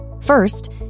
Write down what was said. First